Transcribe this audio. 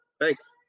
Thanks